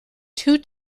two